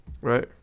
Right